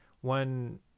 One